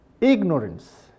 ignorance